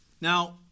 Now